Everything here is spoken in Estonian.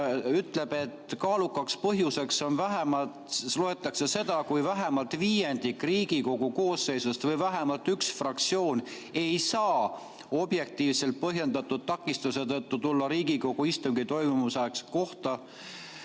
ütleb, et kaalukaks põhjuseks loetakse seda, kui vähemalt viiendik Riigikogu koosseisust või vähemalt üks fraktsioon ei saa objektiivselt põhjendatud takistuse tõttu tulla Riigikogu istungi toimumise kohta